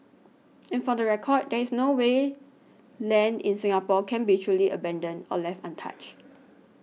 and for the record there is no way land in Singapore can be truly abandoned or left untouched